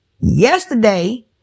yesterday